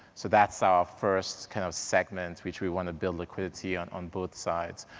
so that's our first kind of segment which we want to build liquidity on on both sides.